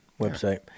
website